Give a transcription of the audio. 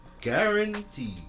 Guaranteed